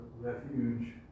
refuge